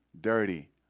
Dirty